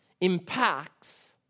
impacts